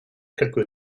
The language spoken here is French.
quelque